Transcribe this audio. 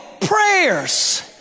prayers